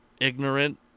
ignorant